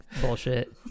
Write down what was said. bullshit